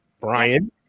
Brian